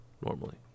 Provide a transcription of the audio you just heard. normally